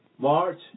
March